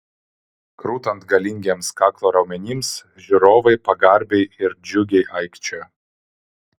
krutant galingiems kaklo raumenims žiūrovai pagarbiai ir džiugiai aikčiojo